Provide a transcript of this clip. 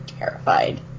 terrified